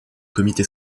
comité